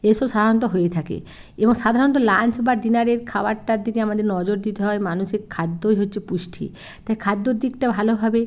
এসব সাধারণত হয়ে থাকে এবং সাধারণত লাঞ্চ বা ডিনারের খাবারটার দিকে আমাদের নজর দিতে হয় মানুষের খাদ্যই হচ্ছে পুষ্টি তাই খাদ্যর দিকটা ভালোভাবে